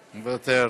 מוותר,